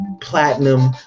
platinum